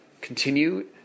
continue